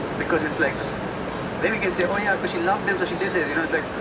because it's like then you can say, oh yeah, cause she loves him so she did this you know it's like,